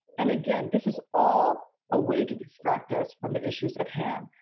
and, again, this is all a way to distract us from the issues at hand.